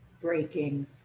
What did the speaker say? breaking